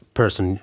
person